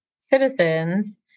citizens